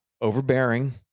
overbearing